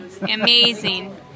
amazing